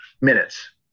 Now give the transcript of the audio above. minutes